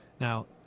now